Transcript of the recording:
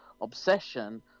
obsession